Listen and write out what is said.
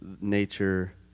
nature